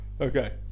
Okay